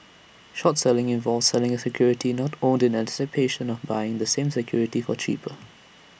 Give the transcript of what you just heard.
short selling involves selling A security not owned in anticipation of buying the same security for cheaper